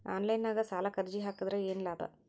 Online ನಾಗ್ ಸಾಲಕ್ ಅರ್ಜಿ ಹಾಕದ್ರ ಏನು ಲಾಭ?